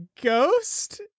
Ghost